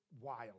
wild